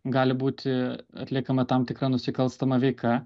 gali būti atliekama tam tikra nusikalstama veika